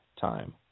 time